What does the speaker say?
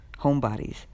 homebodies